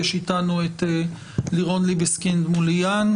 יש איתנו את לירון ליבסקינד מוליאן,